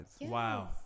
wow